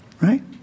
right